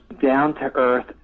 down-to-earth